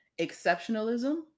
exceptionalism